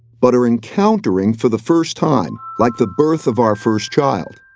but are encountering for the first time, like the birth of our first child.